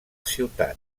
ciutat